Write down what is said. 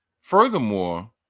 furthermore